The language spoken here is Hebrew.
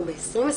אנחנו ב-2021,